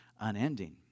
unending